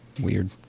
weird